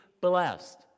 blessed